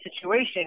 situation